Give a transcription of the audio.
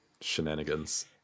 shenanigans